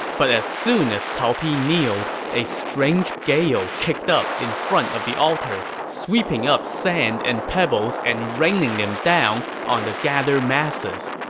but as soon as cao pi kneeled, a strange gale kicked up in front of the altar, sweeping up sand and pebbles and raining them down on the gathered masses.